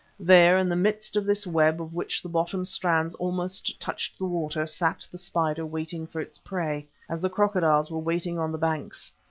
there in the midst of this web of which the bottom strands almost touched the water, sat the spider waiting for its prey, as the crocodiles were waiting on the banks,